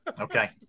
Okay